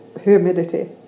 humidity